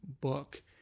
book